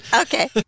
Okay